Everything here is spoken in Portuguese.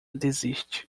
desiste